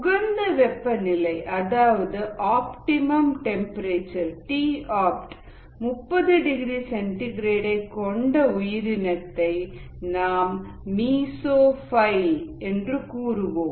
உகந்த வெப்பநிலை அதாவது optimum temperature T opt 30 degree சென்டிகிரேட்டை கொண்ட உயிரினத்தை நாம் மீசோஃபைல் என்று கூறுவோம்